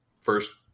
first